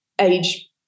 age